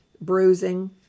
bruising